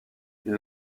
une